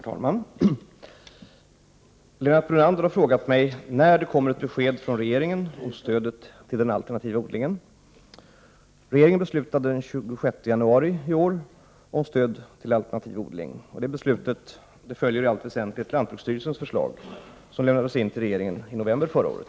Herr talman! Lennart Brunander har frågat mig när det kommer ett besked från regeringen om stödet till den alternativa odlingen. Regeringen beslutade den 26 januari 1989 om stöd till alternativ odling. Beslutet följer i allt väsentligt lantbruksstyrelsens förslag som lämnades till regeringen i november förra året.